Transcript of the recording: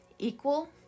equal